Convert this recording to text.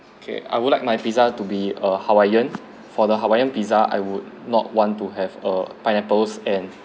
okay I would like my pizza to be a hawaiian for the hawaiian pizza I would not want to have err pineapples and